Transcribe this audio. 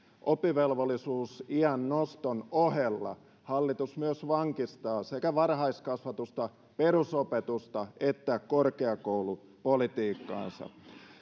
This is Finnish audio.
oppivelvollisuusiän noston ohella hallitus vankistaa sekä varhaiskasvatusta perusopetusta että korkeakoulupolitiikkaansa